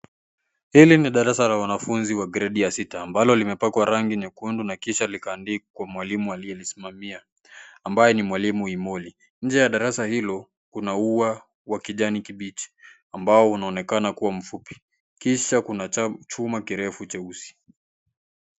Hili ni darasa la wanafunzi wa gredi ya sita, ambalo limepakwa rangi nyekundu, na kisha likaandikwa mwalimu ambaye analismamia ambaye ni mwalimu Emoli. Nje ya darasa hilo kuna uwa wa kijani kibichi ambao unaonekana kuwa fupi ,kisha kuna chuma kirefu cheusi.